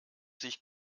sich